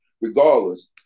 regardless